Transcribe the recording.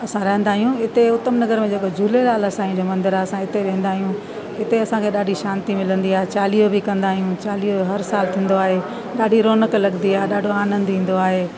असां रहंदा आहियूं हिते उत्तम नगर में जेको झूलेलाल साई जो मंदरु आहे असां इते वेंदा आहियूं हिते असांखे ॾाढी शांती मिलंदी आहे चालीहो बि कंदा आहियूं चालीहो हर साल थींदो आहे ॾाढी रौनक लॻंदी आहे ॾाढो आनंदु ईंदो आहे